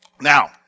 Now